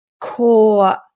core